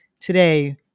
Today